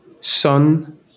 sun